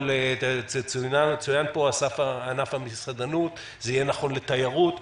צוין פה ענף המסעדנות, זה יהיה נכון לתיירות.